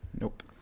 Nope